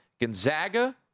Gonzaga